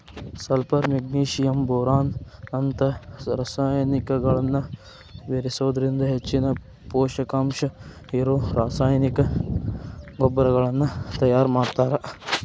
sulphur magnesium boron ನಂತ ರಸಾಯನಿಕಗಳನ್ನ ಬೇರಿಸೋದ್ರಿಂದ ಹೆಚ್ಚಿನ ಪೂಷಕಾಂಶ ಇರೋ ರಾಸಾಯನಿಕ ಗೊಬ್ಬರಗಳನ್ನ ತಯಾರ್ ಮಾಡ್ತಾರ